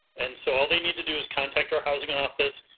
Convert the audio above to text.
and so all they need to do is contact our housing office.